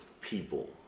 people